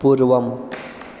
पूर्वम्